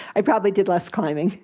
i probably did less climbing,